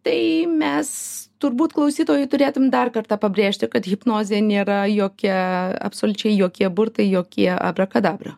tai mes turbūt klausytojui turėtum dar kartą pabrėžti kad hipnozė nėra jokia absoliučiai jokie burtai jokie abrakadabra